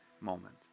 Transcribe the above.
moment